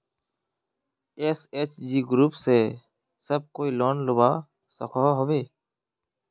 SHG group से सब कोई लोन लुबा सकोहो होबे?